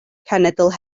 cenedl